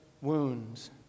wounds